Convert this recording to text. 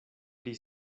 pri